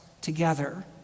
together